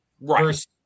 Right